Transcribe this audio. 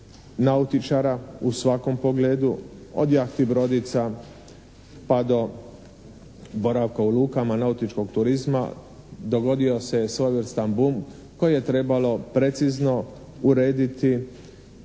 nautičara u svakom pogledu, od jahti, brodica pa do boravka u lukama nautičkog turizma dogodio se je svojevrstan bum kojeg je trebalo precizno urediti